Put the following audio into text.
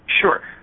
Sure